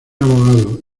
abogado